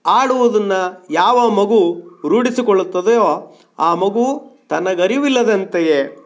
ಆಡುವುದನ್ನು ಯಾವ ಮಗು ರೂಢಿಸಿಕೊಳ್ಳುತ್ತದೆಯೋ ಆ ಮಗು ತನಗರಿವಿಲ್ಲದಂತೆಯೇ